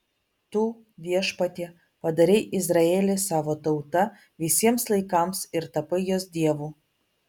tu viešpatie padarei izraelį savo tauta visiems laikams ir tapai jos dievu